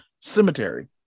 cemetery